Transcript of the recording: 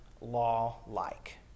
law-like